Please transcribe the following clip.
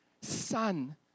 son